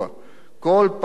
כל פעם מחדש.